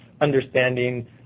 understanding